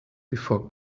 before